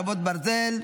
חרבות ברזל),